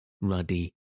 ruddy